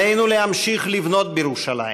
עלינו להמשיך לבנות בירושלים,